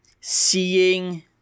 seeing